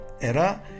era